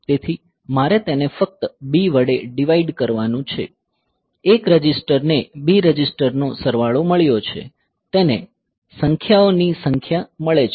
તેથી મારે તેને ફક્ત B વડે ડિવાઈડ કરવાનું છે એક રજિસ્ટરને B રજીસ્ટરનો સરવાળો મળ્યો છે તેને સંખ્યાઓની સંખ્યા મળે છે